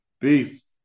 Peace